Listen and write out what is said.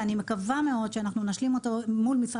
ואני מקווה מאוד שאנחנו נשלים אותו מול משרד